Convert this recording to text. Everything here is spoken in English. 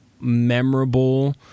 memorable